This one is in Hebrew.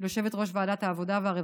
וליושבת-ראש ועדת העבודה והרווחה.